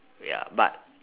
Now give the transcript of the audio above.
ya but